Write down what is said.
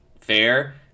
fair